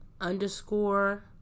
underscore